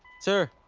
sir?